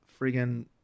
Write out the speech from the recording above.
friggin